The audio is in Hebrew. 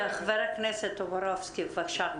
חבר הכנסת טופורובסקי, בבקשה.